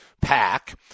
pack